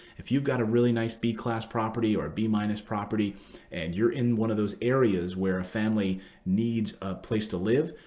if you've got a really nice b-class property or a b-minus property and you're in one of those areas where a family needs a place to live,